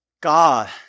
God